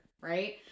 right